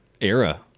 era